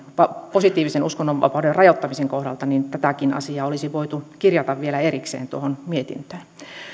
positiivisen uskonnonvapauden rajoittamisen kohdalta tätäkin asiaa olisi voitu kirjata vielä erikseen tuohon mietintöön